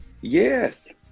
Yes